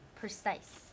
precise